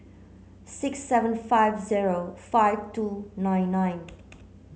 six seven five zero five two nine nine